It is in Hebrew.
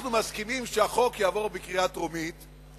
אנחנו מסכימים שהחוק יעבור בקריאה טרומית,